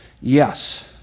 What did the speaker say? Yes